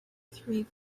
three